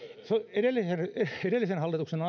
edellisen edellisen hallituksen